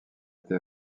été